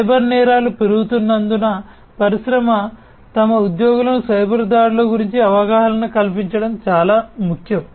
cyber నేరాలు పెరుగుతున్నందున పరిశ్రమ తమ ఉద్యోగులకు సైబర్ దాడుల గురించి అవగాహన కల్పించడం చాలా ముఖ్యం